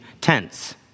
tents